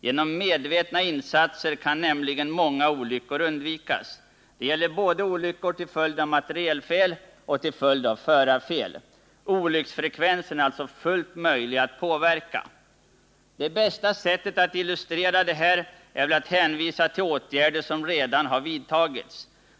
Genom medvetna insatser kan nämligen många olyckor undvikas. Det gäller olyckor både till följd av materielfel och till följd av förarfel. Olycksfrekvensen är alltså fullt möjlig att påverka. Det bästa sättet att illustrera detta är väl att hänvisa till åtgärder som redan har vidtagits.